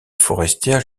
forestières